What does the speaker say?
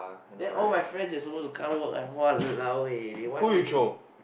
then all my friends they are supposed to come work I !walao! eh they one minute